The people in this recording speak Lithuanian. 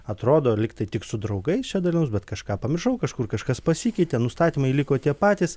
atrodo lyg tai tik su draugais dalinaus bet kažką pamiršau kažkur kažkas pasikeitė nustatymai liko tie patys